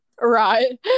right